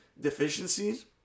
deficiencies